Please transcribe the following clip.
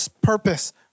purpose